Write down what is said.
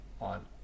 on